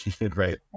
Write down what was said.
Right